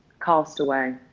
cast away.